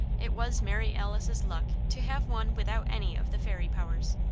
it was mary alice's luck to have one without any of the fairy powers.